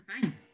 fine